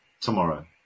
tomorrow